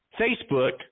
Facebook